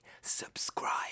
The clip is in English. subscribe